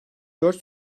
dört